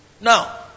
Now